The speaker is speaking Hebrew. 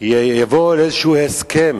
יגיע לאיזה הסכם